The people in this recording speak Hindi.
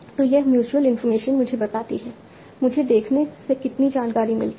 तो यह म्यूच्यूअल इंफॉर्मेशन मुझे बताती है मुझे देखने से कितनी जानकारी मिलती है